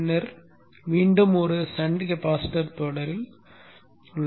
பின்னர் மீண்டும் ஒரு ஷன்ட் கெப்பாசிட்டர் தொடரில் உள்ளது